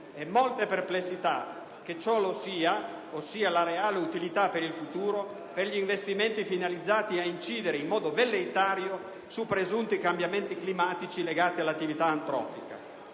ho molte perplessità che ciò lo sia, ossia la reale utilità per il futuro, per gli investimenti finalizzati a incidere in modo velleitario su presunti cambiamenti climatici legati all'attività antropica.